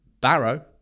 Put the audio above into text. Barrow